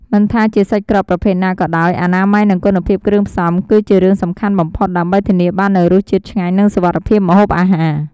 មិនថាជាសាច់ក្រកប្រភេទណាក៏ដោយ អនាម័យ និងគុណភាពគ្រឿងផ្សំ គឺជារឿងសំខាន់បំផុត ដើម្បីធានាបាននូវរសជាតិឆ្ងាញ់ និងសុវត្ថិភាពម្ហូបអាហារ។